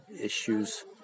issues